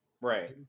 Right